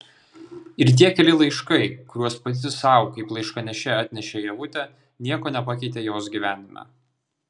ir tie keli laiškai kuriuos pati sau kaip laiškanešė atnešė ievutė nieko nepakeitė jos gyvenime